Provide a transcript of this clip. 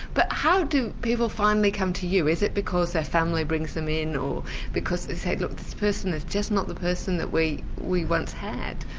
but how do people finally come to you? is it because their family brings them in or because they say, look this person is just not the person that we we once had?